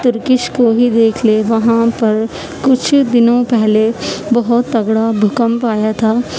Turkish کو ہی دیکھ لیں وہاں پر کچھ ہی دنوں پہلے بہت تگڑا بھوکمپ آیا تھا